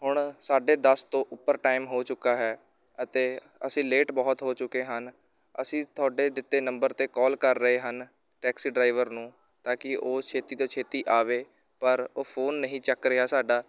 ਹੁਣ ਸਾਢੇ ਦਸ ਤੋਂ ਉੱਪਰ ਟੈਮ ਹੋ ਚੁੱਕਾ ਹੈ ਅਤੇ ਅਸੀਂ ਲੇਟ ਬਹੁਤ ਹੋ ਚੁੱਕੇ ਹਨ ਅਸੀਂ ਤੁਹਾਡੇ ਦਿੱਤੇ ਨੰਬਰ 'ਤੇ ਕੋਲ ਕਰ ਰਹੇ ਹਨ ਟੈਕਸੀ ਡਰਾਈਵਰ ਨੂੰ ਤਾਂ ਕਿ ਉਹ ਛੇਤੀ ਤੋਂ ਛੇਤੀ ਆਵੇ ਪਰ ਉਹ ਫ਼ੋਨ ਨਹੀਂ ਚੱਕ ਰਿਹਾ ਸਾਡਾ